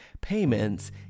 payments